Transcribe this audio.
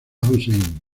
hussein